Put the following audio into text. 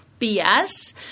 BS